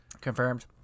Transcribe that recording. Confirmed